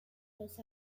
los